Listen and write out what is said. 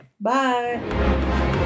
Bye